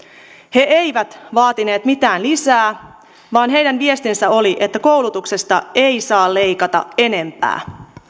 he eivät vaatineet mitään lisää vaan heidän viestinsä oli että koulutuksesta ei saa leikata enempää